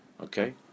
Okay